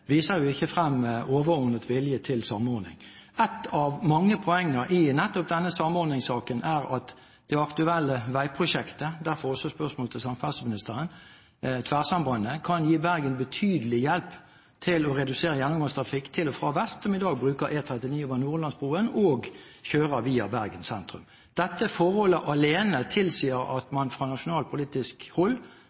viser ikke overordnet vilje til samordning. Et av mange poenger i nettopp denne samordningssaken er at det aktuelle veiprosjektet – derfor også spørsmål til samferdselsministeren – Tverrsambandet kan gi Bergen betydelig hjelp til å redusere gjennomgangstrafikken til og fra vest, som i dag bruker E39 over Nordhordlandsbrua og kjører via Bergen sentrum. Dette forholdet alene tilsier at man fra nasjonalt politisk